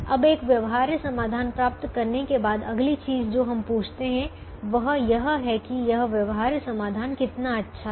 अब एक व्यवहार्य समाधान प्राप्त करने के बाद अगली चीज जो हम पूछते हैं वह यह है कि यह व्यवहार्य समाधान कितना अच्छा है